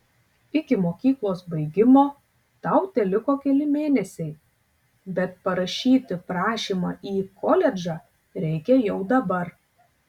iki mokyklos baigimo tau teliko keli mėnesiai bet parašyti prašymą į koledžą reikia jau dabar